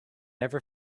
never